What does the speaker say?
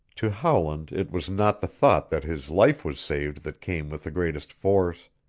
to howland it was not the thought that his life was saved that came with the greatest force,